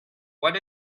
what